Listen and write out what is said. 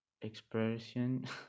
expression